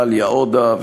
לעאליה עודה,